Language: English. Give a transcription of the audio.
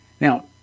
Now